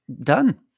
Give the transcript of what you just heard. done